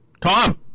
Tom